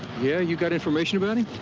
yeah, you got information about him?